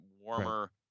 warmer